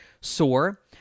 sore